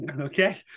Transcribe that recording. Okay